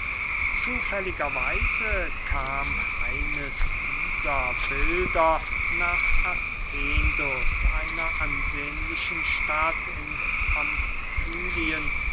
weise kam eines dieser bilder nach aspendus einer ansehnlichen stadt in